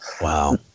Wow